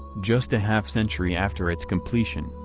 just a half-century after its completion,